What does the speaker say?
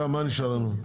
מה נשאר לנו?